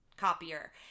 copier